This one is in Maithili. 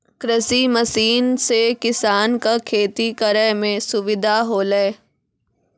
कृषि मसीन सें किसान क खेती करै में सुविधा होलय